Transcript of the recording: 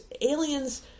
aliens